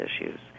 issues